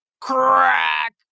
Crack